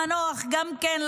המנוח גם כן,